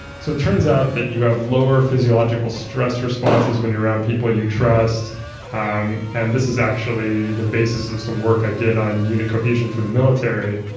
so it turns out that you have lower physiological stress responses when you're around people you trust um and this is actually the basis of some work i did on unit cohesion for the military,